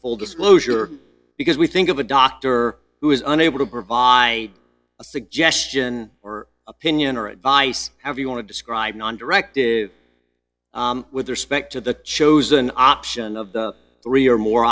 full disclosure because we think of a doctor who is unable to provide a suggestion or opinion or advice have you want to describe non directive with respect to the chosen option of three or more